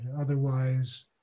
otherwise